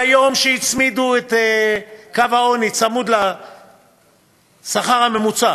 ביום שהצמידו את קו העוני לשכר הממוצע